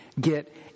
get